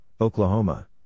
Oklahoma